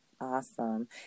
Awesome